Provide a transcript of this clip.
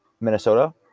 Minnesota